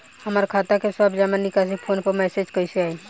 हमार खाता के सब जमा निकासी फोन पर मैसेज कैसे आई?